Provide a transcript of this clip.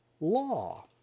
law